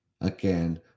Again